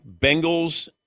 Bengals